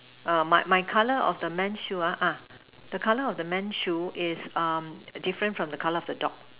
err my my color of the men shoe ah ah the color of the men shoe is different from the color of the dog